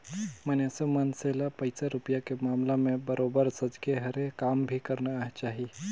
मइनसे मन से ल पइसा रूपिया के मामला में बरोबर सजग हरे काम भी करना चाही